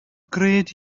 gred